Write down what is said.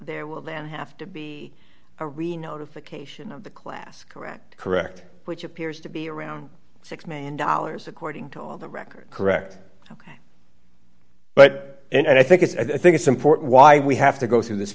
there will then have to be a reno to the cation of the class correct correct which appears to be around six million dollars according to all the record correct ok but and i think it's i think it's important why we have to go through this